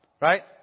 right